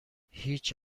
هیچ